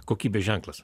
kokybės ženklas